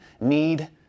need